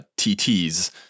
tts